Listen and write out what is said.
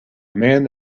man